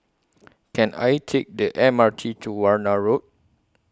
Can I Take The M R T to Warna Road